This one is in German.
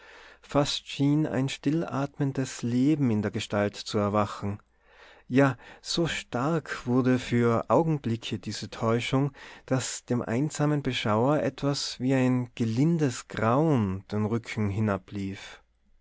fast schien ein still atmendes leben in der gestalt zu erwachen ja so stark wurde für augenblicke diese täuschung daß dem einsamen beschauer etwas wie ein gelindes grauen den rücken hinablief